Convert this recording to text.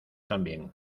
también